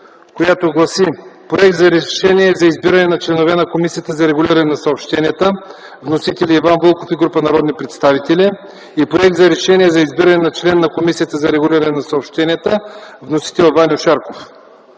която гласи: Проект за решение за избиране на членове на Комисията за регулиране на съобщенията с вносители Иван Вълков и група народни представители и Проект за решение за избиране на член на Комисията за регулиране на съобщенията с вносител Ваньо Шарков.